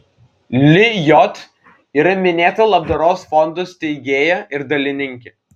lijot yra minėto labdaros fondo steigėja ir dalininkė